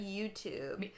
YouTube